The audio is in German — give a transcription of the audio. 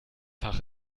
fach